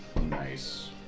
Nice